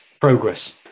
progress